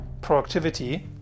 productivity